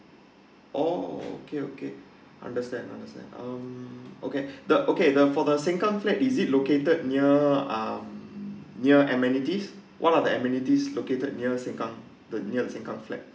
oh okay okay understand understand um okay the okay the for the sengkang flat is it located near um near amenities what are the amenities located near sengkang the near the sengkang flat